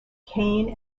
kane